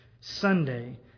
Sunday